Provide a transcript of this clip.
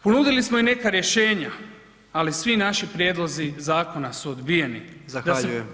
Ponudili smo i neka rješenja ali svi naši prijedlozi zakona su odbijeni.